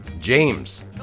James